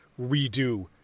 redo